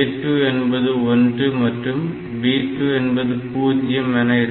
A2 என்பது 1 மற்றும் B2 என்பது 0 என இருக்கும்